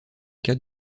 cas